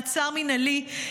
מעצר מינהלי,